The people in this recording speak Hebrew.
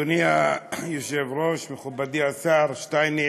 תפאדל, אדוני היושב-ראש, מכובדי השר שטייניץ,